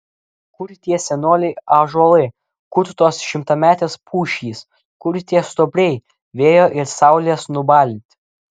kur tie senoliai ąžuolai kur tos šimtametės pušys kur tie stuobriai vėjo ir saulės nubalinti